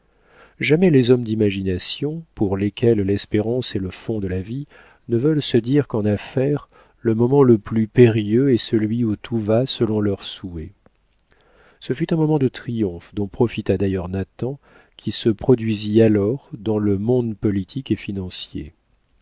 jamais les hommes d'imagination pour lesquels l'espérance est le fond de la vie ne veulent se dire qu'en affaires le moment le plus périlleux est celui où tout va selon leurs souhaits ce fut un moment de triomphe dont profita d'ailleurs nathan qui se produisit alors dans le monde politique et financier